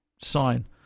sign